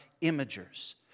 imagers